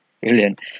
brilliant